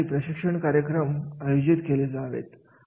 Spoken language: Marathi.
यासाठी प्रशिक्षण कार्यक्रम आयोजित केले जावेत